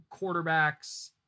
quarterbacks